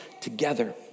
together